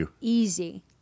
easy